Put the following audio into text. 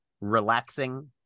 relaxing